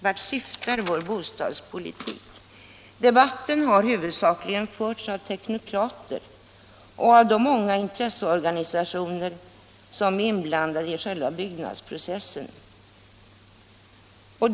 Vart syftar vår bostadspolitik? Debatten har huvudsakligen förts av teknokrater och av de många intresseorganisationer som är inblandade i själva byggnadsprocessen.